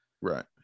Right